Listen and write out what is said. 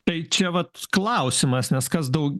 tai čia vat klausimas nes kas daug